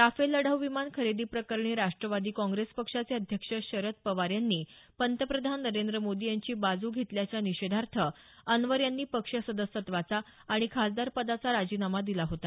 Rafale लढाऊ विमान खरेदी प्रकरणी राष्ट्रवादी काँग्रेस पक्षाचे अध्यक्ष शरद पवार यांनी पंतप्रधान नरेंद्र मोदी यांची बाजू घेतल्याच्या निषेधार्थ अन्वर यांनी पक्ष सदस्यत्वाचा आणि खासदार पदाचा राजीनामा दिला होता